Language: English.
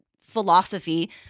philosophy